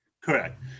Correct